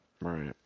Right